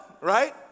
right